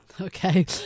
Okay